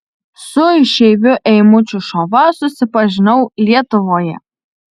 su išeiviu eimučiu šova susipažinau lietuvoje